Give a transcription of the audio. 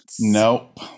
Nope